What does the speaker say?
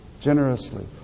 generously